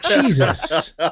Jesus